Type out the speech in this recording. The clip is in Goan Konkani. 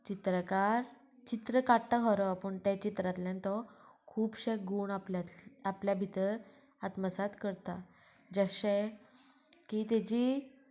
चित्रकार चित्रां काडटा खरो पूण त्या चित्रांतल्यान तो खुबशे गूण आपल्यांत आपल्या भितर आत्मसाद करता जशें की तेजी